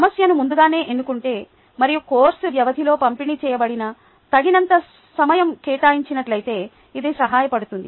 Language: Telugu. సమస్యను ముందుగానే ఎన్నుకుంటే మరియు కోర్సు వ్యవధిలో పంపిణీ చేయబడిన తగినంత సమయం కేటాయించినట్లయితే ఇది సహాయపడుతుంది